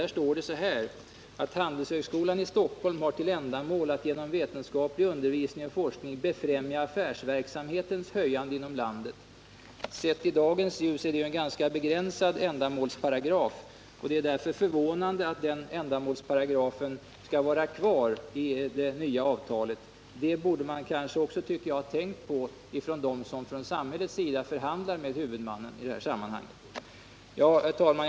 Där står det: 173 ”Handelshögskolan i Stockholm har till ändamål att genom vetenskaplig undervisning och forskning befrämja affärsverksamhetens höjande inom landet.” Sett i dagens ljus är ju detta en ganska begränsad ändamålsparagraf, och det är därför förvånande att den skall vara kvar i det nya avtalet. Det borde kanske också de ha tänkt på som från samhällets sida förhandlar med huvudmannen i det här sammanhanget. Herr talman!